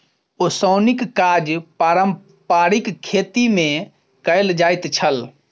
ओसौनीक काज पारंपारिक खेती मे कयल जाइत छल